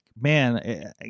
man